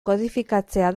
kodifikatzea